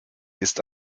ist